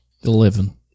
eleven